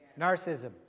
Narcissism